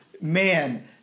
man